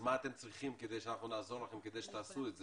מה אתם צריכים כדי שאנחנו נעזור לכם כדי שתעשו את זה?